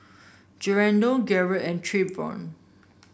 Garnett and Trayvon